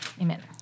Amen